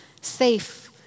safe